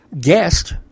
Guest